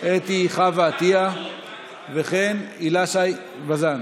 אתי חוה עטייה והילה שי וזאן,